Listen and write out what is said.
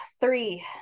three